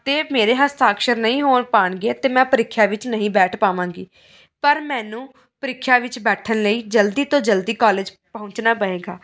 ਅਤੇ ਮੇਰੇ ਹਸਤਾਕਸ਼ਰ ਨਹੀਂ ਹੋ ਪਾਣਗੇ ਅਤੇ ਮੈਂ ਪ੍ਰੀਖਿਆ ਵਿੱਚ ਨਹੀਂ ਬੈਠ ਪਾਵਾਂਗੀ ਪਰ ਮੈਨੂੰ ਪ੍ਰੀਖਿਆ ਵਿੱਚ ਬੈਠਣ ਲਈ ਜਲਦੀ ਤੋਂ ਜਲਦੀ ਕਾਲਜ ਪਹੁੰਚਣਾ ਪਵੇਗਾ